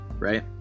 right